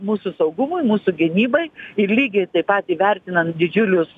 mūsų saugumui mūsų gynybai ir lygiai taip pat įvertinant didžiulius